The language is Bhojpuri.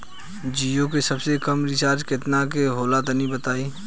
जीओ के सबसे कम रिचार्ज केतना के होला तनि बताई?